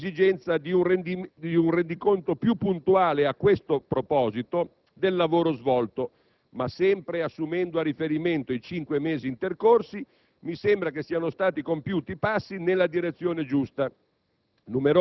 Sento l'esigenza di un rendiconto più puntuale, a questo proposito, del lavoro svolto, ma - sempre assumendo a riferimento i cinque mesi intercorsi - mi sembra che siano stati compiuti passi nella direzione giusta.